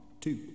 two